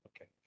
Okay